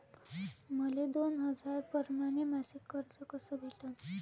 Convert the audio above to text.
मले दोन हजार परमाने मासिक कर्ज कस भेटन?